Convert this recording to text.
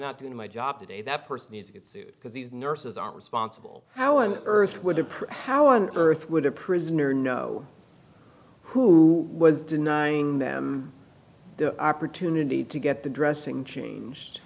not doing my job today that person needs a good suit because these nurses are responsible how on earth would approach on earth would a prisoner know who was denying them the opportunity to get the dressing changed